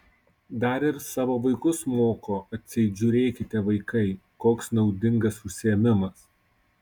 dar ir savo vaikus moko atseit žiūrėkite vaikai koks naudingas užsiėmimas